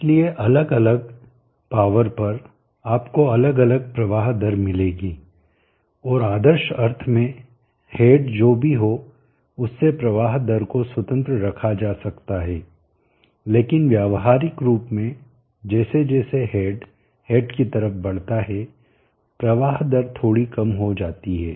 इसलिए अलग अलग पॉवर पर आपको अलग अलग प्रवाह दर मिलेंगी और आदर्श अर्थ में हेड जो भी हो उससे प्रवाह दर को स्वतंत्र रखा जा सकता है लेकिन व्यावहारिक रूप में जैसे जैसे हेड हेड की तरफ बढता है प्रवाह दर थोड़ी कम हो जाती है